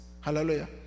Hallelujah